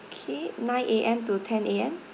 okay nine A_M to tenA_M